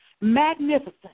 Magnificent